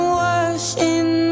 washing